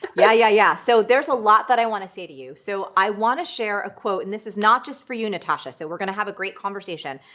yeah, yeah, yeah. so there's a lot that i wanna say to you. so i wanna share a quote and this is not just for you natascha, so we're gonna have a great conversation.